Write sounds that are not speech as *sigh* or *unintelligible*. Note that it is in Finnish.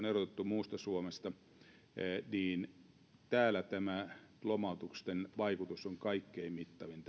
*unintelligible* erotettu muusta suomesta on tämä lomautusten vaikutus kaikkein mittavin *unintelligible*